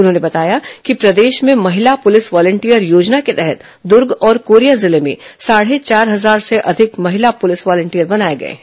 उन्होंने बताया कि प्रदेश में महिला पुलिस वालेंटियर योजना के तहत दुर्ग और कोरिया जिले में साढ़े चार हजार से अधिक महिला पुलिस वालेंटियर बनाए गए हैं